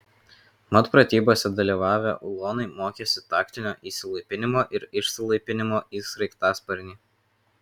mat pratybose dalyvavę ulonai mokėsi taktinio įsilaipinimo ir išsilaipinimo į sraigtasparnį